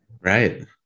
right